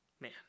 Man